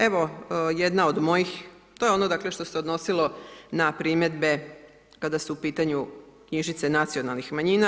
Evo, jedna od mojih, to je ono dakle što se odnosilo na primjedbe kada su u pitanju knjižnice nacionalnih manjina.